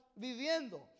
viviendo